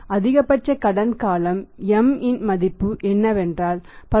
அதிகபட்ச கடன் காலம் M இன் மதிப்பு என்னவென்றால் 10